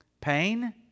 Pain